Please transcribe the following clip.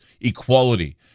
equality